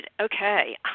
okay